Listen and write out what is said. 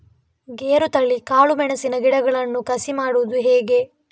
ಗೇರುತಳಿ, ಕಾಳು ಮೆಣಸಿನ ಗಿಡಗಳನ್ನು ಕಸಿ ಮಾಡುವುದು ಹೇಗೆ?